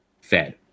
Fed